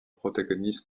protagonistes